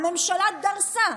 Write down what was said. הממשלה דרסה.